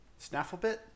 Snafflebit